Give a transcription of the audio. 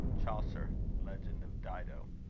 chaucer legend of dido.